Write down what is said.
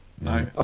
No